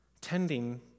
tending